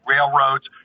railroads